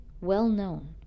well-known